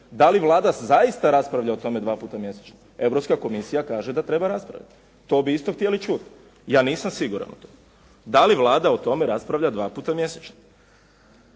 Da li Vlada zaista raspravlja o tome dva puta mjesečno? Europska komisija kaže da treba raspravljati. To bi isto htjeli čuti. Ja nisam siguran u to da li Vlada o tome raspravlja dva puta mjesečno.